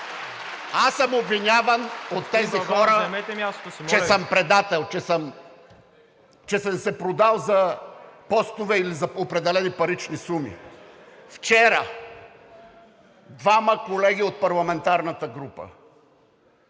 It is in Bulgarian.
си, моля Ви. ИВО АТАНАСОВ: …че съм предател, че съм се продал за постове или за определени парични суми. Вчера двама колеги от парламентарната група,